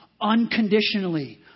unconditionally